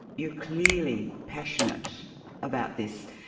you're clearly passionate about this,